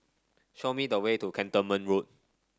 show me the way to Cantonment Road